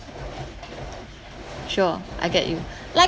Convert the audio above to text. sure I get you